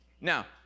Now